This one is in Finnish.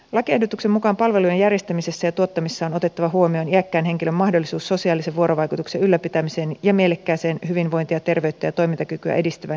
lakiehdotuksen mukaan palvelujen järjestämisessä ja tuottamisessa on otettava huomioon iäkkään henkilön mahdollisuus sosiaalisen vuorovaikutuksen ylläpitämiseen ja mielekkääseen hyvinvointia terveyttä ja toimintakykyä edistävään ja ylläpitävään toimintaan